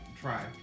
try